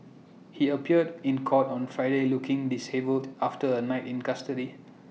he appeared in court on Friday looking dishevelled after A night in custody